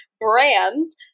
brands